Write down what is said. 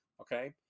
Okay